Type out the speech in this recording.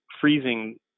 freezing